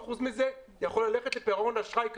50% מזה יכול ללכת לפירעון אשראי קיים.